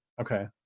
Okay